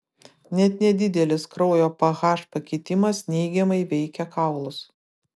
net nedidelis kraujo ph pakitimas neigiamai veikia kaulus